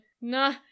no